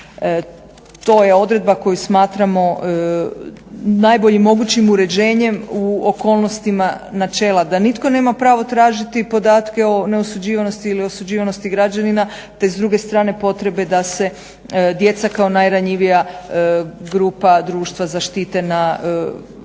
To je odredba koju smatramo najboljim mogućim uređenjem u okolnostima načela da nitko nema pravo tražiti podatke o neosuđivanosti ili osuđivanosti građanina te s druge strane potrebe da se djeca kao najranjivija grupa društva zaštite na najbolji